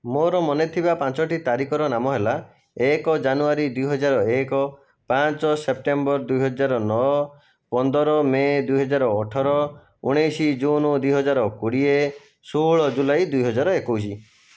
ମୋର ମନେଥିବା ପାଞ୍ଚଟି ତାରିଖର ନାମ ହେଲା ଏକ ଜାନୁଆରୀ ଦୁଇହଜାର ଏକ ପାଞ୍ଚ ସେପ୍ଟେମ୍ବର ଦୁଇ ହଜାର ନଅ ପନ୍ଦର ମେ ଦୁଇହଜାର ଅଠର ଉଣେଇଶ ଜୁନ ଦୁଇହଜାର କୋଡ଼ିଏ ଷୋହଳ ଜୁଲାଇ ଦୁଇହଜାର ଏକୋଇଶ